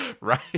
Right